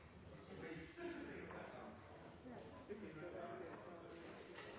Enten